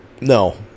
no